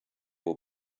will